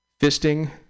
fisting